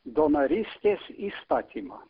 donorystės įstatymą